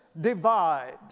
divide